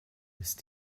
ist